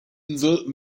insel